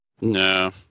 No